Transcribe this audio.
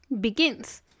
begins